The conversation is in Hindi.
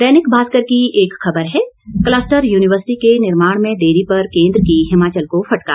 दैनिक भास्कर की एक खबर है क्लस्टर यूनिवर्सिटी के निर्माण में देरी पर केंद्र की हिमाचल को फटकार